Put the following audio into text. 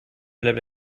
bleibt